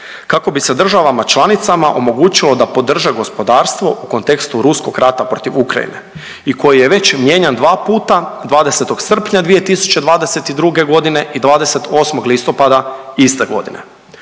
kako bi se državama članicama omogućilo da podrže gospodarstvo u kontekstu ruskog rata protiv Ukrajine i koji je već mijenjan dva puta 20. srpnja 2022.g. i 28. listopada iste godine.